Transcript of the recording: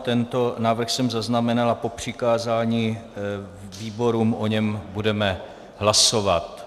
Tento návrh jsem zaznamenal a po přikázání výborům o něm budeme hlasovat.